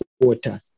water